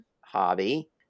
hobby